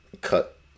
cut